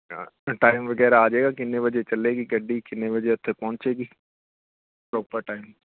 ਹਾਂ ਟਾਈਮ ਵਗੈਰਾ ਆਜੇਗਾ ਕਿੰਨੇ ਵਜੇ ਚੱਲੇਗੀ ਗੱਡੀ ਕਿੰਨੇ ਵਜੇ ਉੱਥੇ ਪਹੁੰਚੇਗੀ ਪ੍ਰੋਪਰ ਟਾਈਮ